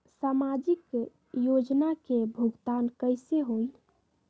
समाजिक योजना के भुगतान कैसे होई?